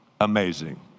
amazing